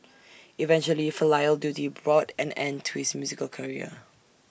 eventually filial duty brought an end to his musical career